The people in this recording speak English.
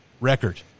record